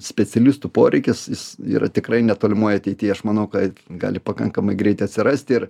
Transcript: specialistų poreikis jis yra tikrai netolimoj ateity aš manau ka gali pakankamai greitai atsirasti ir